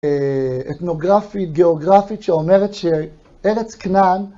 אתנוגרפית, גאוגרפית, שאומרת שארץ כנען